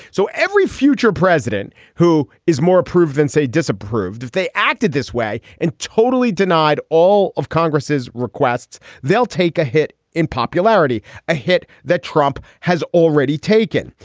so every future president who is more approved than, say, disapproved, if they acted this way and totally denied all of congress's requests. they'll take a hit in popularity, a hit that trump has already taken.